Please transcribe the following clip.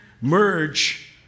merge